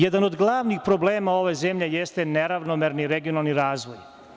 Jedan od glavnih problema ove zemlje jeste neravnomerni regionalni razvoj.